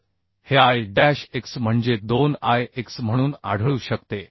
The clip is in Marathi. तर हे I डॅश x म्हणजे 2 I x म्हणून आढळू शकते